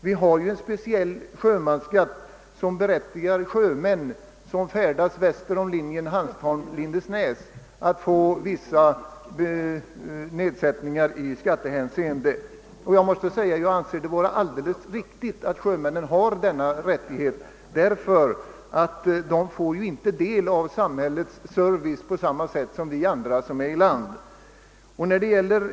Vi har sålunda en speciell sjömansskatt som berättigar sjömän som färdas väster om linjen Hanstholm— Lindesnäs till vissa nedsättningar i skattehänseende. Jag anser det alldeles riktigt att sjömännen har denna rättighet, eftersom de inte får del av samhällets service på samma sätt som vi som är i land.